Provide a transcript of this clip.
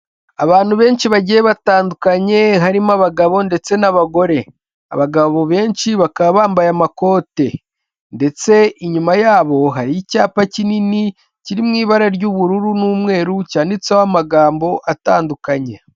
Abantu benshi bagiye batandukanye, harimo abagabo ndetse n'abagore. Abagabo benshi bakaba bambaye amakote ndetse inyuma ya bo, hari icyapa kinini, kiri mu ibara ry'ubururu n'umweru, cyanditseho amagambo atandukanye.